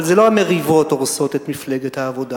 אבל לא המריבות הורסות את מפלגת העבודה.